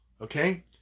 Okay